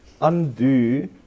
undo